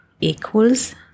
equals